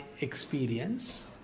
experience